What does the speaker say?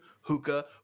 Hookah